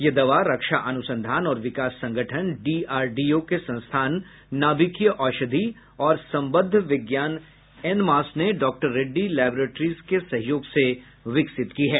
यह दवा रक्षा अनुसंधान और विकास संगठन डीआरडीओ के संस्थान नाभकीय औषधि और संबद्व विज्ञान इनमास ने डॉक्टर रेड्डी लेबोरेट्रीज के सहयोग से विकसित की है